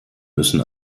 müssen